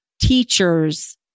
teachers